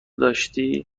داشتی